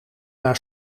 naar